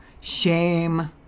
shame